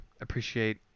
appreciate